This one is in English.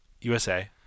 USA